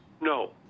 no